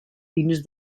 dins